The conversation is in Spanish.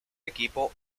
equipo